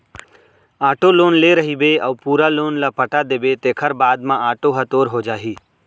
auto loan ले रहिबे अउ पूरा लोन ल पटा देबे तेखर बाद म आटो ह तोर हो जाही